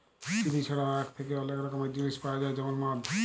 chilli ছাড়াও আখ থ্যাকে অলেক রকমের জিলিস পাউয়া যায় যেমল মদ